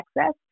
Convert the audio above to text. access